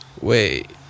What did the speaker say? Wait